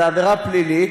זה עבירה פלילית,